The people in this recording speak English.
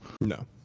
no